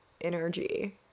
energy